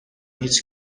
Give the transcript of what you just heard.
هیچ